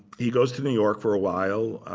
he goes to new york for a while.